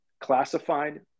Classified